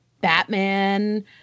Batman